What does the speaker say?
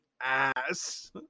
ass